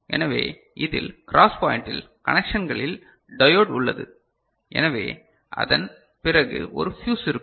எனவே இதில் கிராஸ் பாயிண்டில் கனேக்ஷன்களில் டயோட் உள்ளது எனவே அதன் பிறகு ஒரு ஃபியூஸ் இருக்கும்